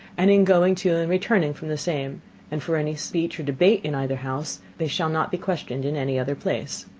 and in going to and returning from the same and for any speech or debate in either house, they shall not be questioned in any other place.